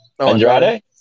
Andrade